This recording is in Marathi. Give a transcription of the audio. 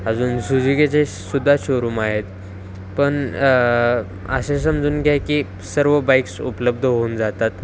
अजून सुजिकेचेसुद्धा शोरूम आहेत पण असे समजून घ्या की सर्व बाईक्स उपलब्ध होऊन जातात